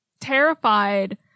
terrified